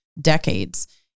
decades